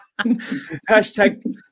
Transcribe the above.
hashtag